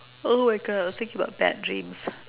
oh my god I think about bad dreams